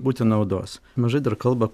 būti naudos mažai dar kalba